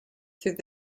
through